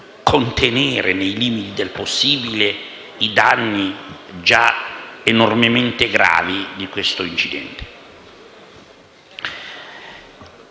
contenere, nei limiti del possibile, i danni già enormemente gravi di questo incidente.